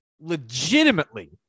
legitimately